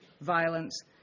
violence